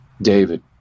david